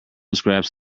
scraps